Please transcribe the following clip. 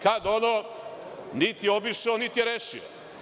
Kada ono niti je obišao, niti je rešio.